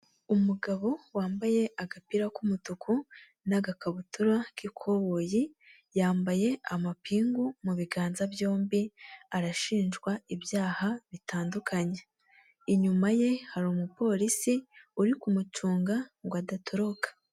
Umugabo wambaye agapira k'umutuku n'agakabutura k'ikoboyi, yambaye amapingu mu biganza byombi, arashinjwa ibyaha bitandukanye. Inyuma ye hari umupolisi uri kumucunga ngo adatoroka.